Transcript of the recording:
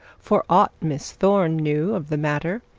for aught miss thorne knew of the matter,